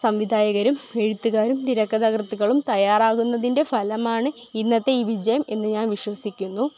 സംവിധായകരും എഴുത്തുകാരും തിരക്കഥാകൃത്തുക്കളും തയാറാകുന്നതിൻ്റെ ഫലമാണ് ഇന്നലത്തെ ഈ വിജയം എന്ന് ഞാൻ വിശ്വസിക്കുന്നു